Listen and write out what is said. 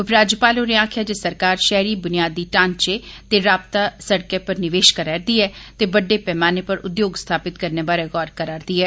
उप राज्यपाल होरे आक्खेआ जे सरकार शैहरी बुनियादी ढ़ावें ते रावता शड़कै उप्पर निवेश करै करदी ऐ ते बड्डे पैमाने पर उद्योग स्थापित करने बारै गौर कर्र करदी ऐ